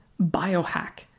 biohack